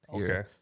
Okay